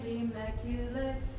immaculate